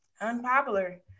unpopular